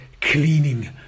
cleaning